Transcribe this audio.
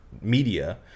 media –